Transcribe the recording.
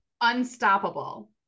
unstoppable